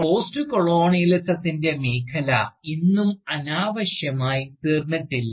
പോസ്റ്റ്കൊളോണിയലിസത്തിൻറെ മേഖല ഇന്നും അനാവശ്യമായിത്തീർന്നിട്ടില്ല